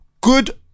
good